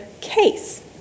case